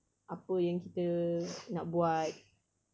apa yang kita nak buat